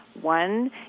One